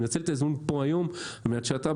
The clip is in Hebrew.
אני מנצל את ההזדמנות פה היום על מנת שאתה,